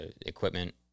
equipment